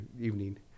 evening